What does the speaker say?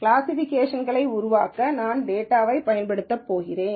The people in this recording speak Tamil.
கிளாசிஃபிகேஷன்களை உருவாக்க நான் டேட்டாவைப் பயன்படுத்தப் போகிறேன்